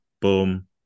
Boom